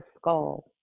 skull